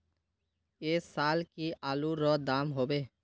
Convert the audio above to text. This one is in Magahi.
ऐ साल की आलूर र दाम होबे?